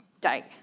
day